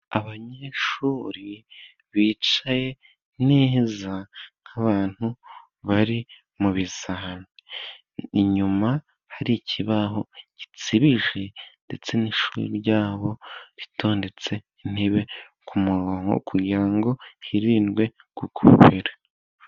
Abanyeshuri bicaye neza nk'abantu bari mu bizami, inyuma hari ikibaho gisibije, ndetse n'ishuri ryabo ritondetse intebe ku murongo kugira ngo hirindwe gukopera.